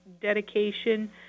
dedication